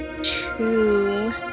two